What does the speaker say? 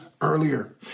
earlier